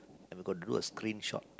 and we got to do a screenshot